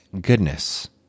goodness